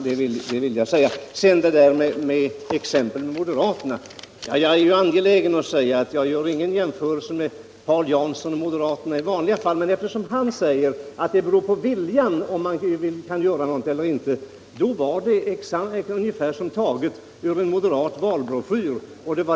Sedan är jag angelägen att säga att jag inte gör någon jämförelse mellan herr Jansson och moderaterna i vanliga fall, men när herr Jansson sade att det beror på viljan om sjukvårdshuvudmännen gör någonting eller inte lät det som taget ur en moderat valbroschyr.